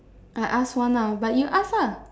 I ask one lah but you ask lah